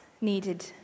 needed